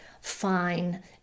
fine